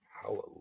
Hallelujah